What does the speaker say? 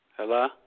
Hello